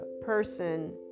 person